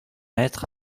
être